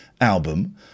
album –